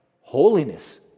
holiness